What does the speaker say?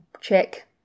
check